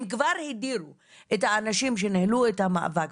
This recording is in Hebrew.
אם כבר הדירו את האנשים שניהלו את המאבק,